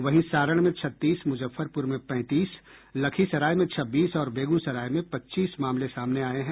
वहीं सारण में छत्तीस मुजफ्फरपुर में पैंतीस लखीसराय में छब्बीस और बेगूसराय में पच्चीस मामले सामने आये हैं